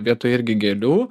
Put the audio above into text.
vietoj irgi gėlių